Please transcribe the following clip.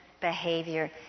behavior